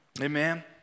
Amen